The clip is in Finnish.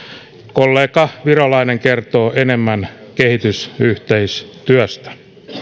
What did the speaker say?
kollega virolainen kertoo enemmän kehitysyhteistyöstä